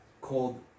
called